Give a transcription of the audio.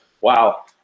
wow